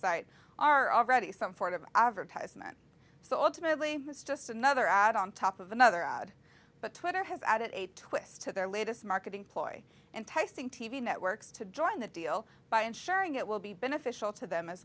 site are already some form of advertisement so ultimately it's just another add on top of another odd but twitter has added a twist to their latest marketing ploy enticing t v networks to join the deal by ensuring it will be beneficial to them as